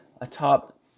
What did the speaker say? atop